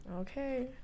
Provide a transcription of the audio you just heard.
Okay